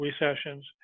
recessions